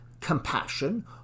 compassion